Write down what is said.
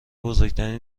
بزرگترین